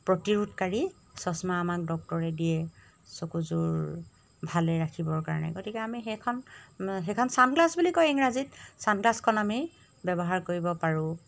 প্ৰতিৰোধকাৰী চছমা আমাক ডক্টৰে দিয়ে চকুযোৰ ভালে ৰাখিবৰ কাৰণে গতিকে আমি সেইখন সেইখন চানগ্লাছ বুলি কয় ইংৰাজীত চানগ্লাছখন আমি ব্যৱহাৰ কৰিব পাৰোঁ